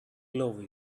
love